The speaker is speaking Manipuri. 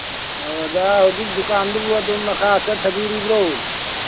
ꯑꯣ ꯑꯣꯖꯥ ꯍꯧꯖꯤꯛ ꯗꯨꯀꯥꯟꯗꯨꯕꯨ ꯑꯗꯨꯝ ꯃꯈꯥ ꯆꯠꯊꯕꯤꯔꯤꯕ꯭ꯔꯣ